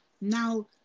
now